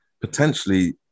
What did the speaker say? potentially